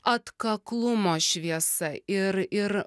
atkaklumo šviesa ir ir